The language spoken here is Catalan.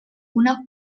una